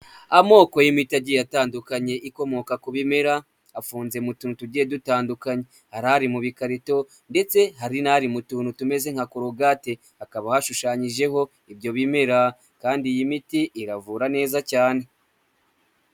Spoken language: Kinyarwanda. Amoko y'imiti agiye atandukanye ikomoka ku bimera, afunze mu tuntu tugiye dutandukanye, hari ari mu bikarito, ndetse hari n'ari mu tuntu tumeze nka Colgate, hakaba hashushanyijeho ibyo bimera, kandi iyi miti iravura neza cyane.